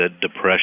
depression